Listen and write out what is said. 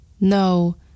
No